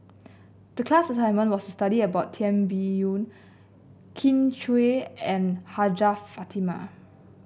the class assignment was to study about Tan Biyun Kin Chui and Hajjah Fatimah